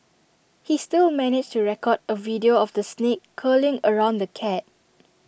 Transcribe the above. he still managed to record A video of the snake curling around the cat